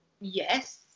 yes